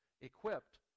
equipped